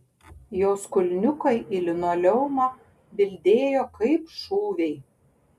jos kulniukai į linoleumą bildėjo kaip šūviai